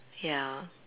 ya